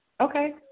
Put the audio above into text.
Okay